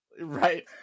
Right